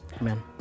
Amen